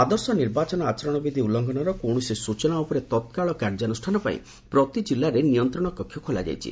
ଆଦର୍ଶ ନିର୍ବାଚନ ଆଚରଣ ବିଧି ଉଲ୍ଟୁଘନର କୌଣସି ସ୍ବଚନା ଉପରେ ତାତ୍କାଳ କାର୍ଯ୍ୟାନୁଷ୍ଠାନ ପାଇଁ ପ୍ରତି ଜିଲ୍ଲାରେ ନିୟନ୍ତ୍ରଣ କକ୍ଷ ଖୋଲାଯାଇଛି